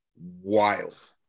wild